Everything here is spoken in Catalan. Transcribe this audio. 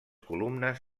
columnes